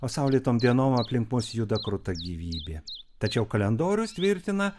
o saulėtom dienom aplink mus juda kruta gyvybė tačiau kalendorius tvirtina